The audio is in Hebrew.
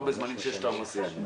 לא בזמנים שיש את העומסים.